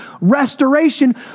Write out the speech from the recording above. restoration